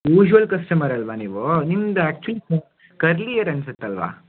usual customer ಅಲ್ಲವಾ ನೀವು ನಿಮ್ದು ಆ್ಯಕ್ಚುಲಿ ಕರ್ಲಿ ಏರ್ ಅನ್ಸತ್ತೆ ಅಲ್ಲವಾ